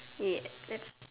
ya let's